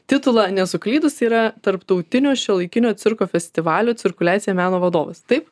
titulą nesuklydus tai yra tarptautinio šiuolaikinio cirko festivalio cirkuliacija meno vadovas taip